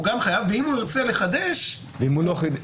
ואם הוא ירצה לחדש --- אם הוא לא חידש?